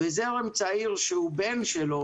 וזרם צעיר שהוא בן שלו